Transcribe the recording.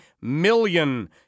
million